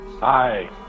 Hi